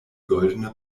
goldene